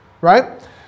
right